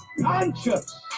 conscious